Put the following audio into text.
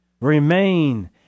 remain